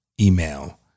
email